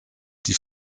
die